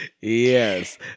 Yes